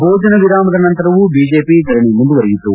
ಬೋಜನ ವಿರಾಮದ ನಂತರವೂ ಬಿಜೆಪಿ ಧರಣಿ ಮುಂದುವರೆಯಿತು